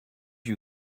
you